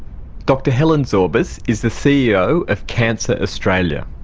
dr helen zorbas is the ceo of cancer australia.